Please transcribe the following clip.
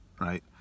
right